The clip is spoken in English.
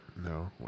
No